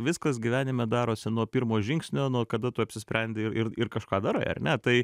viskas gyvenime darosi nuo pirmo žingsnio nuo kada tu apsisprendei ir ir kažką darai ar ne tai